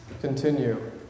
Continue